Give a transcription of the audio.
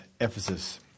Ephesus